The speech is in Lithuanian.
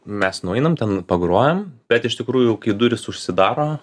mes nueinam ten pagrojam bet iš tikrųjų kai durys užsidaro